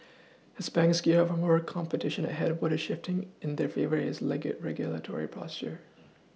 as banks gear up for more competition ahead what is shifting in their favour is regulatory posture